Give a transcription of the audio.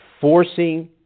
forcing